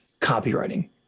copywriting